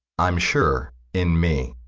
i'm sure in me